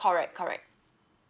correct correct